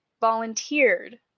volunteered